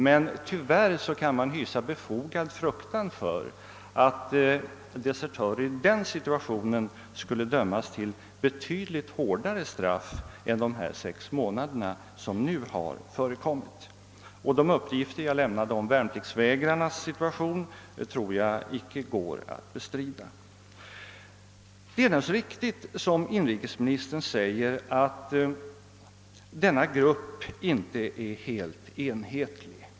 Men tyvärr kan man hysa en befogad fruktan för att desertörer i en sådan situation skulle dömas till betydligt hårdare straff än de sex månaders fängelse som nu har utdömts. De uppgifter som jag lämnade om värnpliktsvägrarnas situation tror jag inte heller går att bestrida. Det är naturligtvis riktigt, som inrikesministern säger, att den här gruppen inte är helt enhetlig.